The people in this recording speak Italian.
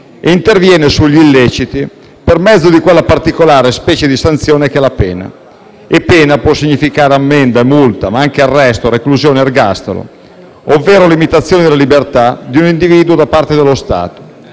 e interviene sugli illeciti per mezzo di quella particolare specie di sanzione che è la pena. Pena può significare ammenda, multa ma anche arresto, reclusione, ergastolo, ovvero limitazione della libertà di un individuo da parte dello Stato;